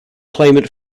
climate